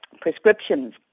prescriptions